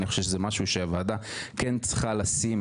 אני חושב שזה משהו שהוועדה כן צריכה לשים